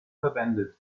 verwendet